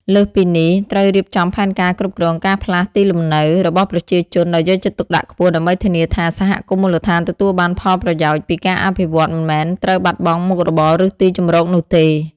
លើសពីនេះ ត្រូវរៀបចំផែនការគ្រប់គ្រង ការផ្លាស់ទីលំនៅ របស់ប្រជាជនដោយយកចិត្តទុកដាក់ខ្ពស់ ដើម្បីធានាថា សហគមន៍មូលដ្ឋានទទួលបានផលប្រយោជន៍ ពីការអភិវឌ្ឍ មិនមែនត្រូវបាត់បង់មុខរបរ ឬទីជម្រកនោះទេ។